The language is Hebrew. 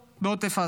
בעוטף עזה.